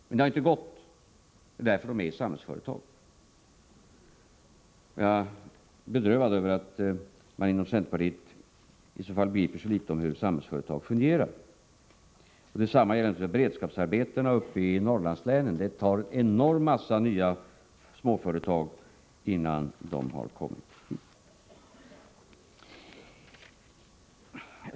Men det har inte gått, och det är därför som de finns i Samhällsföretag. Jag är bedrövad över att man inom centerpartiet begriper så litet av hur Samhällsföretag fungerar. Detsamma gäller beredskapsarbeten i Norrlandslänen. Det krävs en enorm massa småföretag innan jobben har kommit dit.